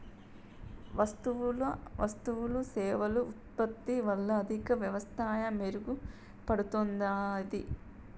వస్తువులు సేవలు ఉత్పత్తి వల్ల ఆర్థిక వ్యవస్థ మెరుగుపడుతున్నాది